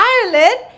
Ireland